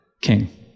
king